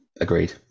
agreed